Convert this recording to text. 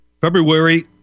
February